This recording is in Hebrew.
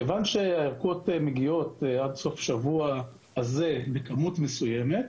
כיוון שהערכות מגיעות עד סוף השבוע הזה בכמות מסוימת,